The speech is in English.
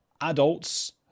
adults